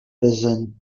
fission